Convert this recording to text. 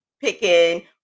picking